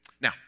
Now